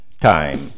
time